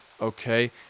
okay